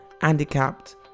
handicapped